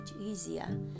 easier